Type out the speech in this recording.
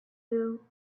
you